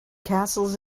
castles